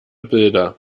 bilder